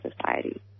society